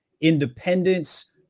independence